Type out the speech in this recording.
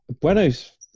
Bueno's